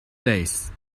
days